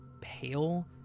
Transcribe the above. pale